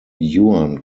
yuan